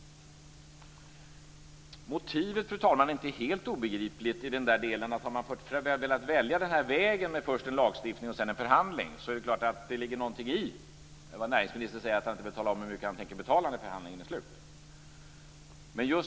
Motivet är inte helt obegripligt i den här delen. Har man fått välja vägen med först en lagstiftning och sedan en förhandling ligger det någonting i det näringsministern säger att han inte tänker tala om hur mycket han tänker betala när förhandlingen är slut.